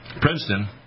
Princeton